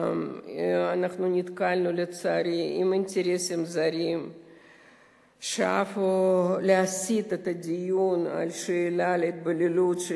נתקלנו לצערי באינטרסים זרים ששאפו להסיט את הדיון על שאלת ההתבוללות של